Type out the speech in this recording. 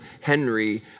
Henry